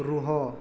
ରୁହ